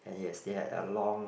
and yes they had a long